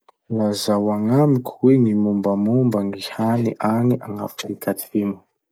Lazao agnamiko hoe gny mombamomba gny hany agny agn'Afrika Atsimo?